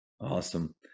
Awesome